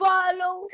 Follow